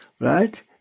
Right